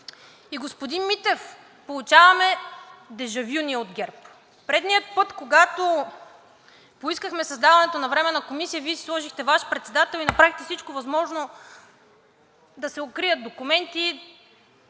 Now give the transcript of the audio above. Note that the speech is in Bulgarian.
И господин Митев, ние от ГЕРБ получаваме дежавю. Предния път, когато поискахме създаването на Временна комисия, Вие си сложихте Ваш председател и направихте всичко възможно да се укрият документи,